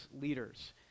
leaders